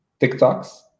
TikToks